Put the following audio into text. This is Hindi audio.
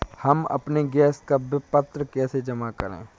हम अपने गैस का विपत्र कैसे जमा करें?